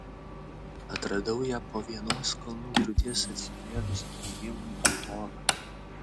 atradau ją po vienos kalnų griūties atsivėrus įėjimui į olą